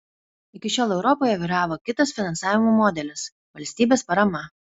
iki šiol europoje vyravo kitas finansavimo modelis valstybės parama